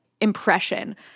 impression